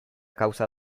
causa